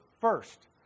first